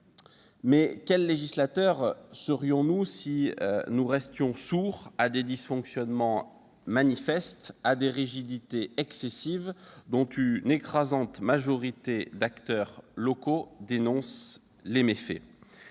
Mais quel législateur serions-nous si nous restions indifférents à des dysfonctionnements manifestes, à des rigidités excessives, dont une écrasante majorité d'acteurs locaux dénoncent les méfaits ?